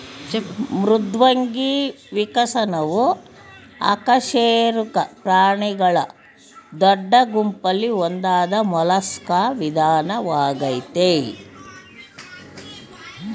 ಮೃದ್ವಂಗಿ ವಿಕಸನವು ಅಕಶೇರುಕ ಪ್ರಾಣಿಗಳ ದೊಡ್ಡ ಗುಂಪಲ್ಲಿ ಒಂದಾದ ಮೊಲಸ್ಕಾ ವಿಧಾನವಾಗಯ್ತೆ